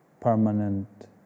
permanent